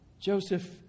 Joseph